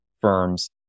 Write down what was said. firms